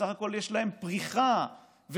בסך הכול יש להם פריחה ושגשוג,